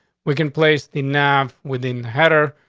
we can place the knave within header.